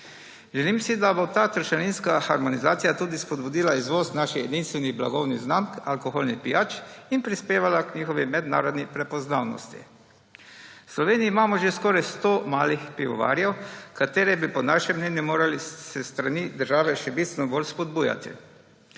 Želim si, da bo ta trošarinska harmonizacija tudi spodbudila izvoz naših edinstvenih blagovnih znamk alkoholnih pijač in prispevala k njihovi mednarodni prepoznavnosti. V Sloveniji imamo že skoraj 100 malih pivovarjev, ki bi jih po našem mnenju morali s strani države še bistveno bolj spodbujati.